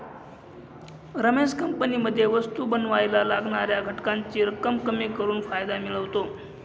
रमेश कंपनीमध्ये वस्तु बनावायला लागणाऱ्या घटकांची रक्कम कमी करून फायदा मिळवतो